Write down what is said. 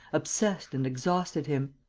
obsessed and exhausted him.